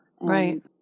Right